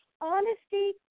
honesty